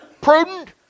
Prudent